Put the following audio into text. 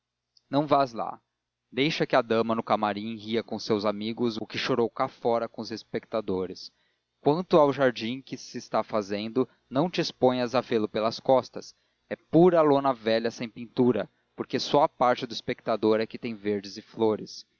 não vás lá deixa que a dama no camarim ria com os seus amigos o que chorou cá fora com os espectadores quanto ao jardim que se está fazendo não te exponhas a vê-lo pelas costas é pura lona velha sem pintura porque só a parte do espectador é que tem verdes e flores